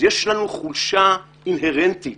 יש לנו חולשה אינהרנטית